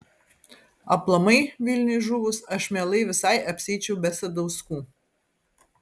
aplamai vilniui žuvus aš mielai visai apsieičiau be sadauskų